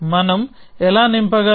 మనం ఎలా నింపగలం